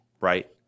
right